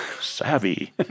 Savvy